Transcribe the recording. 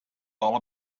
all